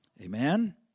Amen